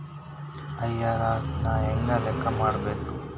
IRR ನ ಹೆಂಗ ಲೆಕ್ಕ ಮಾಡಬೇಕ?